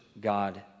God